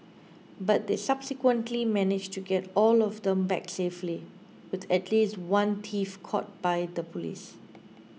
but they subsequently managed to get all of them back safely with at least one thief caught by the police